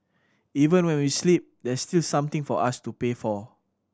even when we sleep there's still something for us to pay for